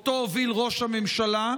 שאותו הוביל ראש הממשלה,